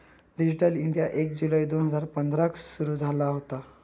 digital India एक जुलै दोन हजार पंधराक सुरू झाला होता